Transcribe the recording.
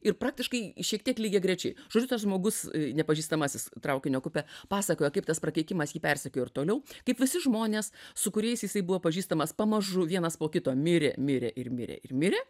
ir praktiškai šiek tiek lygiagrečiai žodžiu tas žmogus nepažįstamasis traukinio kupė pasakoja kaip tas prakeikimas jį persekiojo ir toliau kaip visi žmonės su kuriais jisai buvo pažįstamas pamažu vienas po kito mirė mirė ir mirė ir mirė